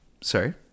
Sorry